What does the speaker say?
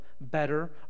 better